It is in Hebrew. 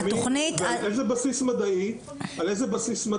התוכנית --- על איזה בסיס מדעי נסמכת